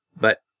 But